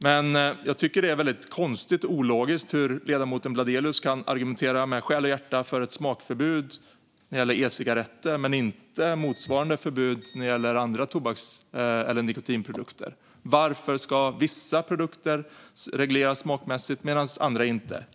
Men jag tycker att det är väldigt konstigt och ologiskt att ledamoten Bladelius kan argumentera med själ och hjärta för ett smakförbud när det gäller e-cigaretter men inte motsvarande förbud när det gäller andra nikotinprodukter. Varför ska vissa produkter regleras smakmässigt och andra inte?